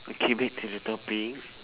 okay back to the topic